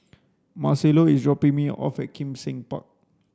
Marcelo is dropping me off at Kim Seng Park